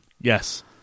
Yes